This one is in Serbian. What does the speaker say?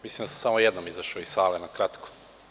Mislim da sam samo jednom izašao iz sale, na kratko.